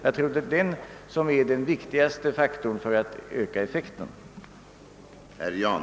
Jag tror att det är den viktigaste faktorn för att öka effektiviteten.